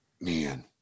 man